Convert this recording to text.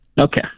Okay